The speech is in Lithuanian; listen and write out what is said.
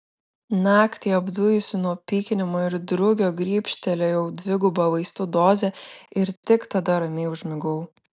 naktį apdujusi nuo pykinimo ir drugio grybštelėjau dvigubą vaistų dozę ir tik tada ramiai užmigau